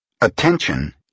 Attention